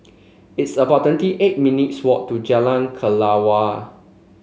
it's about twenty eight minutes' walk to Jalan Kelawar